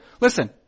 Listen